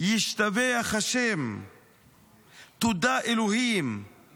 "ישתבח השם"; "תודה, אלוהים";